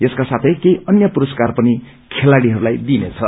यसको साथै केही अन्य पुरस्कार पनि खेलाड़ीहरूलाई दिइनेछ